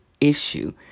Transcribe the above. issue